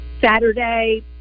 saturday